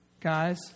Guys